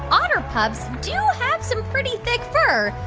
otter pups do have some pretty thick fur,